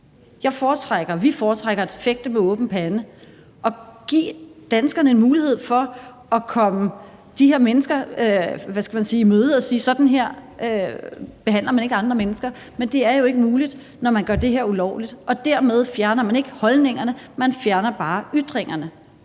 vi foretrækker – at fægte med åben pande og give danskerne en mulighed for at komme de her mennesker i møde og sige: Sådan her behandler man ikke andre mennesker. Men det er jo ikke muligt, når man gør det her ulovligt. Dermed fjerner man ikke holdningerne. Man fjerner bare ytringerne.